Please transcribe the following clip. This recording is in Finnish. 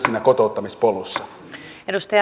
arvoisa puhemies